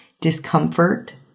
Discomfort